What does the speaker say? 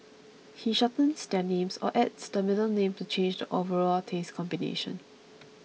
he shortens their names or adds the middle name to change the overall taste combination